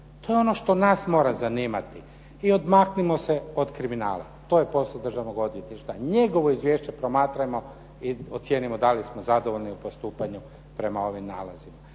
To je ono što nas mora zanimati. I odmaknimo se od kriminala. To je posao Državnog odvjetništva. Njegovo izvješće promatrajmo i ocijenimo da li smo zadovoljni u postupanju prema ovim nalazima.